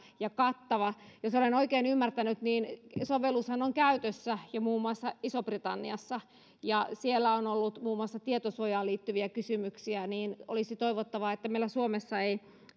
hyvä ja kattava jos olen oikein ymmärtänyt niin sovellushan on käytössä jo muun muassa isossa britanniassa ja siellä on ollut muun muassa tietosuojaan liittyviä kysymyksiä olisi toivottavaa että meillä suomessa ei